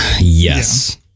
Yes